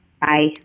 bye